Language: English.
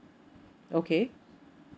okay